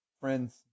friend's